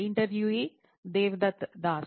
ఇంటర్వ్యూఈ Devdutt Das